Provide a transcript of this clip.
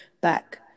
back